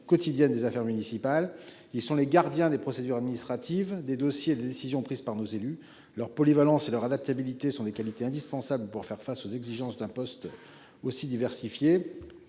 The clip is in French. quotidienne des affaires municipales. Ils sont les gardiens des procédures administratives des dossiers, les décisions prises par nos élus, leur polyvalence et leur adaptabilité sont des qualités indispensables pour faire face aux exigences d'un poste aussi diversifiée.